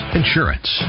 insurance